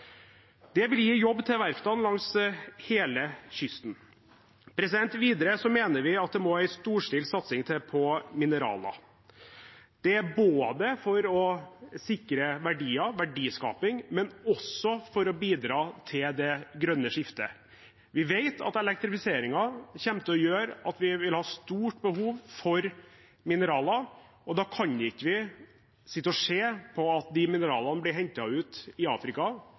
Det vil gi jobb til verftene langs hele kysten. Videre mener vi at det må til en storstilt satsing på mineraler, både for å sikre verdier, for verdiskaping og for å bidra til det grønne skiftet. Vi vet at elektrifiseringen kommer til å gjøre at vi vil ha stort behov for mineraler, og da kan vi ikke sitte og se på at de mineralene blir hentet ut i Afrika